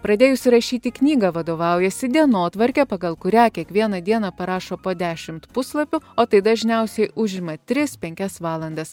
pradėjusi rašyti knygą vadovaujasi dienotvarke pagal kurią kiekvieną dieną parašo po dešimt puslapių o tai dažniausiai užima tris penkias valandas